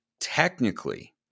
technically